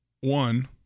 one